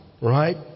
right